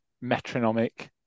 metronomic